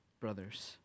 brothers